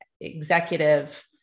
executive